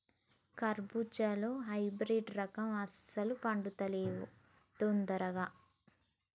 కర్బుజాలో హైబ్రిడ్ రకం అస్సలు పండుతలేవు దొందరగా